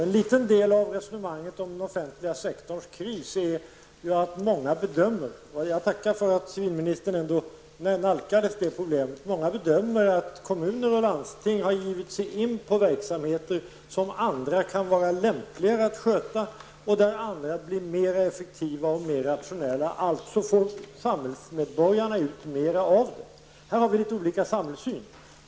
En liten del i resonemanget om den offentliga sektorns kris är att många bedömer att kommuner och landsting har gett sig in på verksamheter som andra är mer lämpade att sköta och där andra blir mer effektiva och rationella, och därmed får samhällsmedborgarna ut mer. Jag tackar för att civilministern ändå nalkades detta problem. Här har vi litet olika samhällssyn.